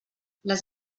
les